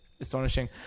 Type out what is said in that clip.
astonishing